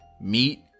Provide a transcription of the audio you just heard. meet